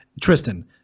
Tristan